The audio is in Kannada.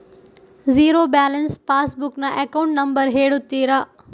ಝೀರೋ ಬ್ಯಾಲೆನ್ಸ್ ಪಾಸ್ ಬುಕ್ ನ ಅಕೌಂಟ್ ನಂಬರ್ ಹೇಳುತ್ತೀರಾ?